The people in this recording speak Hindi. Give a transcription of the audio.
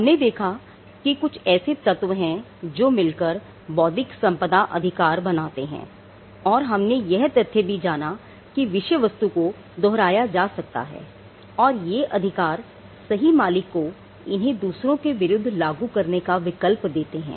हमने देखा कि कुछ ऐसे तत्व हैं जो मिलकर बौद्धिक संपदा अधिकार बनाते हैं और हमने यह तथ्य भी जाना कि विषय वस्तु को दोहराया जा सकता है और ये अधिकार सही मालिक को इन्हें दूसरों के विरुद्ध लागू करने का विकल्प देते हैं